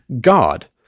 God